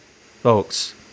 folks